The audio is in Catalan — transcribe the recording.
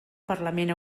parlament